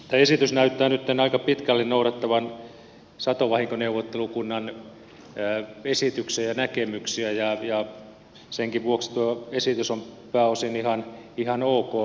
esitys näyttää nyt aika pitkälle noudattavan satovahinkoneuvottelukunnan esityksiä ja näkemyksiä ja senkin vuoksi tuo esitys on pääosin ihan ok